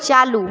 चालू